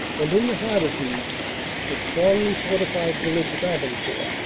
and in the heart of these the strongly fortified village of a bancourt,